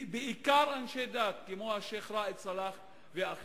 בעיקר אנשי דת כמו השיח' ראאד סלאח ואחרים.